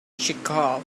chekhov